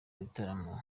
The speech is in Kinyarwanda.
bitaramo